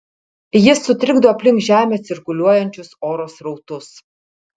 jis sutrikdo aplink žemę cirkuliuojančius oro srautus